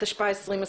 התשפ"א-2020.